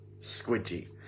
squidgy